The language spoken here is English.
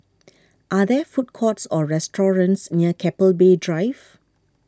are there food courts or restaurants near Keppel Bay Drive